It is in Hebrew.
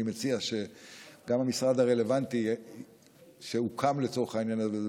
אני מציע שגם המשרד הרלוונטי שהוקם לצורך העניין הזה,